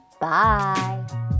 bye